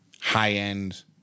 high-end